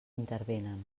intervenen